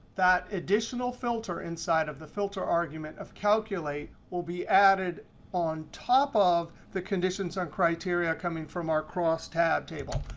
that additional filter inside of the filter argument of calculate will be added on top of the conditions on criteria coming from our crosstab table.